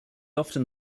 often